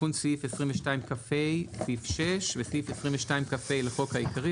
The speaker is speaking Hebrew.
"תיקון סעיף 22כה 6. בסעיף 22כה לחוק העיקרי,